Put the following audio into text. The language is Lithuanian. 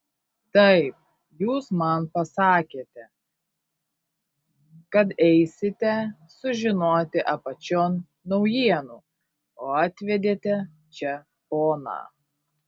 taip jūs man pasakėte kad eisite sužinoti apačion naujienų o atvedėte čia poną